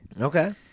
okay